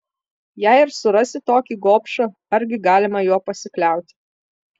jei ir surasi tokį gobšą argi galima juo pasikliauti